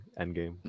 Endgame